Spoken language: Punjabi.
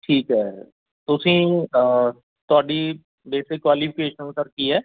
ਠੀਕ ਹੈ ਤੁਸੀਂ ਤੁਹਾਡੀ ਬੇਸਿਕ ਕੁਆਲੀਫਿਕੇਸ਼ਨ ਸਰ ਕੀ ਹੈ